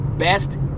best